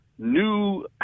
new